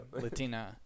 Latina